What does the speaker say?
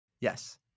Yes